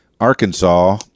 Arkansas